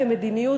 כמדיניות,